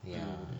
ya